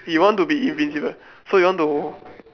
you want to be invisible so you want to